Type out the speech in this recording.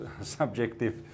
subjective